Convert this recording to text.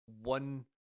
one